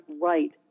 right